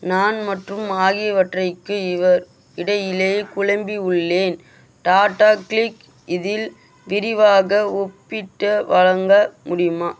நான் மற்றும் ஆகியவற்றைக்கு இடையிலே குழம்பி உள்ளேன் டாடா க்ளிக் இதில் விரிவாக ஒப்பீட்டு வழங்க முடியுமா